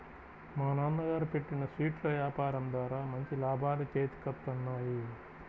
మా నాన్నగారు పెట్టిన స్వీట్ల యాపారం ద్వారా మంచి లాభాలు చేతికొత్తన్నాయి